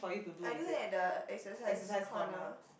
I do at the exercise corner